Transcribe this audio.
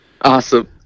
Awesome